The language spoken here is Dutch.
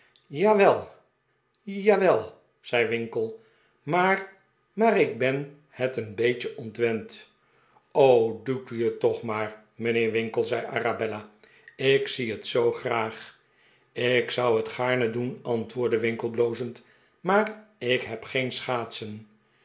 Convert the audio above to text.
ja wel zei winkle maar maar ik ben het een beetje ontwend doet u het toch maar mijnheer winkle zei arabella ik zie het zoo graag ik zou het gaarne doen antwoordde winkle blozend maar ik heb geen schaatsen